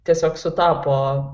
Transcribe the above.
tiesiog sutapo